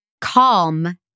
calm